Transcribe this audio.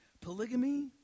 Polygamy